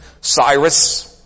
Cyrus